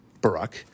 Barack